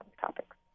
topics